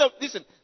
Listen